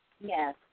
Yes